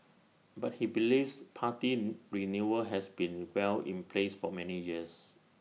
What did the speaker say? but he believes party renewal has been well in place for many years